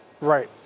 Right